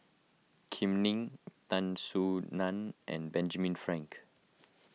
Kam Ning Tan Soo Nan and Benjamin Frank